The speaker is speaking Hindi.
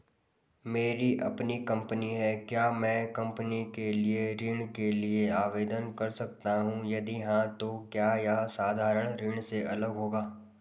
मेरी अपनी कंपनी है क्या मैं कंपनी के लिए ऋण के लिए आवेदन कर सकता हूँ यदि हाँ तो क्या यह साधारण ऋण से अलग होगा?